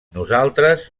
nosaltres